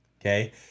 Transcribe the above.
okay